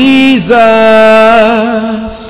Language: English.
Jesus